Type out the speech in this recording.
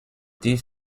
these